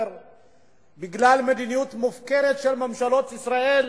בגלל מדיניות מופקרת של ממשלות ישראל